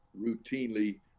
routinely